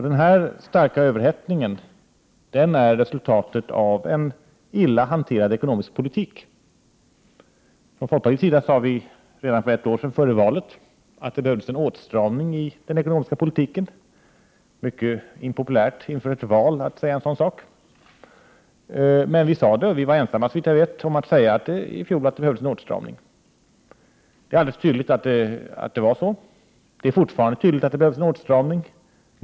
Den starka överhettningen är resultatet av en illa hanterad ekonomisk politik. Från folkpartiets sida sade vi redan för ett år sedan, dvs. före valet, att det behövs en åtstramning i den ekonomiska politiken. Det är mycket 105 impopulärt att inför ett val säga en sådan sak. Men vi sade det, och vi var i fjol ensamma om att framhålla att det behövdes en åtstramning. Det är alldeles tydligt att det var nödvändigt med en åtstramning och att det fortfarande behövs en åtstramning.